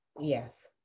Yes